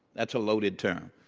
that's a loaded term.